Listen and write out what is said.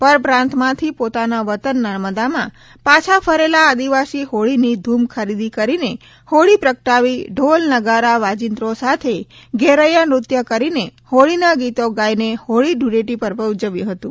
પરપ્રાંતમાંથી પોતાના વતન નર્મદામાં પાછા ફરેલા આદિવાસી હોળીની ધૂમ ખરીદી કરીને હોળી પ્રગટાવી ઢોલ નગારા વાજિંત્રો સાથે ઘૈરેચા નૃત્ય કરીને હોળીના ગીતો ગાઇને હોળી ધૂળેટી પર્વ ઉજવ્યુ હતુ